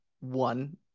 one